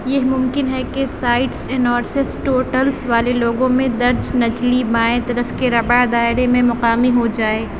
یہ ممکن ہے کہ سائٹس انورسس ٹوٹلس والے لوگوں میں درد نچلی بائیں طرف کے ربع دائرے میں مقامی ہو جائے